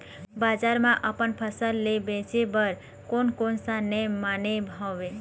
बजार मा अपन फसल ले बेचे बार कोन कौन सा नेम माने हवे?